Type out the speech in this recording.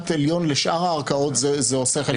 עליון לשאר הערכאות זה עושה חלק מהעבודה.